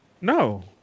no